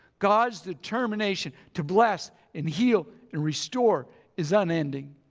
god's determination to bless and heal and restore is unending.